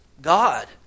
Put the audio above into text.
God